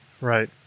Right